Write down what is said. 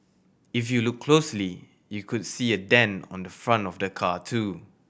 if you look closely you could see a dent on the front of the car too